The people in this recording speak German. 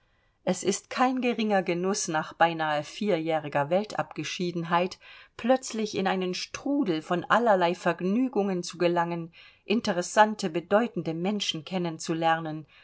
es ist kein geringer genuß nach beinahe vierjähriger weltabgeschiedenheit plötzlich in einen strudel von allerlei vergnügungen zu gelangen interessante bedeutende menschen